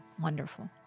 Wonderful